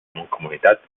mancomunitat